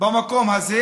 במקום הזה,